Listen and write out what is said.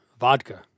vodka